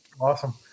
Awesome